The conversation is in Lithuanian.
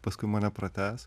paskui mane pratęs